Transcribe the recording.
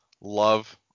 love